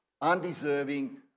undeserving